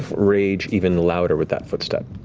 rage even louder with that footstep.